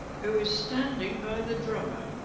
who is standing by the drummer